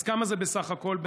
אז כמה זה בסך הכול בישראל?